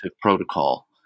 protocol